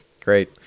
Great